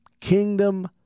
kingdom